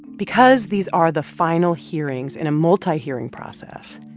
because these are the final hearings in a multi-hearing process,